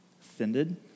Offended